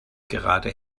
gerade